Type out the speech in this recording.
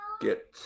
get